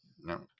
No